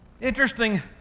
Interesting